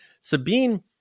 Sabine